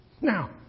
Now